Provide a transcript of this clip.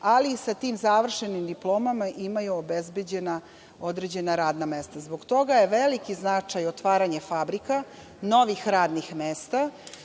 ali sa tim završenim diplomama imaju obezbeđena određena mesta. Zbog toga je veliki značaj otvaranja fabrika, novih radnih mesta